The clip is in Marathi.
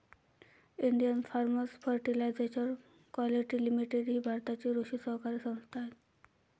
Indian farmers fertiliser quality limited ही भारताची कृषी सहकारी संस्था आहे